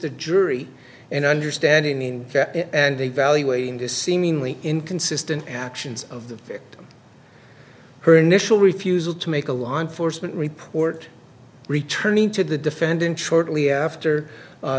the jury in understanding in and evaluating the seemingly inconsistent actions of the victim her initial refusal to make a law enforcement report returning to the defendant shortly after